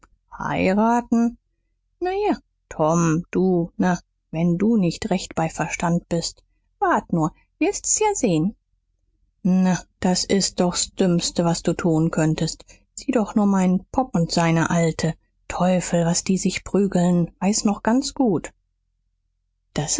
heiraten na ja tom du na wenn du nicht recht bei verstand bist wart nur wirst's ja sehn na das ist doch s dümmste was du tun könntest sieh doch nur meinen pap und seine alte teufel was die sich prügeln weiß noch ganz gut das